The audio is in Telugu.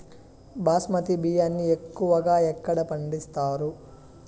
బాస్మతి బియ్యాన్ని ఎక్కువగా ఎక్కడ పండిస్తారు?